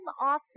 often